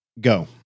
Go